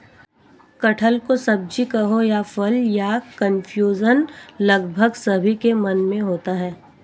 कटहल को सब्जी कहें या फल, यह कन्फ्यूजन लगभग सभी के मन में होता है